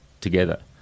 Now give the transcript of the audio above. together